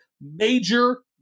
major